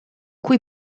cui